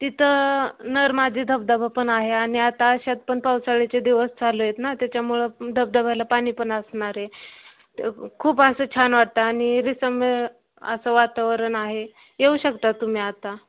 तिथं नर मादी धबधबा पण आहे आणि आता अशात पण पावसाळ्याचे दिवस चालू आहेत ना त्याच्यामुळं धबधब्याला पाणी पण असणार आहे खूप असं छान वाटतं आणि रिसम्य असं वातावरण आहे येऊ शकता तुम्ही आता